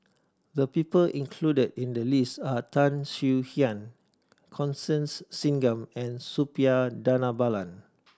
the people included in the list are Tan Swie Hian Constance Singam and Suppiah Dhanabalan